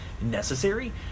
necessary